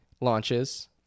launches